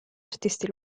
artisti